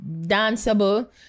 danceable